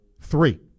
Three